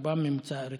רובם ממוצא אריתריאי.